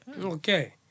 Okay